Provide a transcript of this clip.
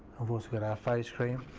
weve also got our face cream.